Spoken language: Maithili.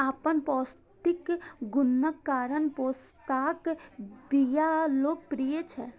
अपन पौष्टिक गुणक कारण पोस्ताक बिया लोकप्रिय छै